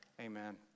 amen